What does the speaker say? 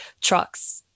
trucks